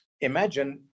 imagine